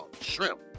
shrimp